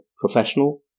professional